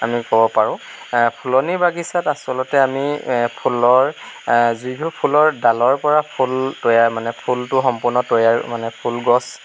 আমি ক'ব পাৰোঁ ফুলনি বাগিছাত আচলতে আমি ফুলৰ যিবোৰ ফুলৰ ডালৰ পৰা ফুল তৈয়াৰ মানে ফুলটো সম্পূৰ্ণ তৈয়াৰ মানে ফুলগছ